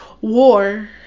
war